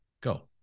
Go